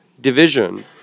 division